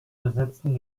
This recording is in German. besetzten